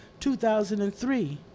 2003